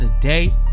today